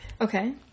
Okay